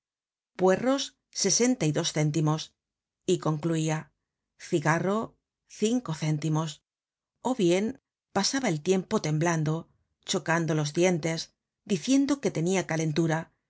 puerros sesenta y dos céntimos y concluía cigarro cinco céntimos ó bien pasaba el tiempo temblando chocando los dientes diciendo que tenia calentura